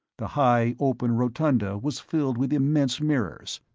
the high open rotunda was filled with immense mirrors,